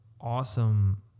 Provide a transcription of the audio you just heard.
awesome